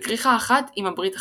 בכריכה אחת עם הברית החדשה.